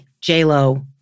J-Lo